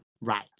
Right